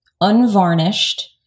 Unvarnished